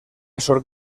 sort